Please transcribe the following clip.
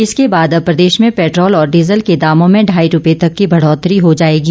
इसके बाद अब प्रदेश में पेट्रोल और डीजल के दामों में ढाई रुपये तक की बढ़ोतरी हो जाएगी